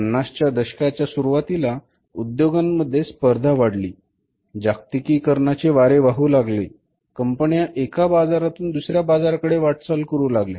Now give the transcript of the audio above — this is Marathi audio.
50 च्या दशकाच्या सुरुवातीला उद्योगांमध्ये स्पर्धा वाढली जागतिकीकरणाचे वारे वाहू लागले कंपन्या एका बाजारातून दुसऱ्या बाजाराकडे वाटचाल करू लागल्या